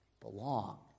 belong